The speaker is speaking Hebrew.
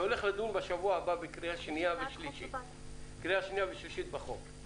שהולך לדון בשבוע הבא בקריאה שנייה ושלישית בחוק,